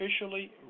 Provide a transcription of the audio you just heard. officially